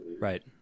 Right